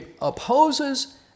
opposes